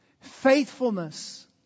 Faithfulness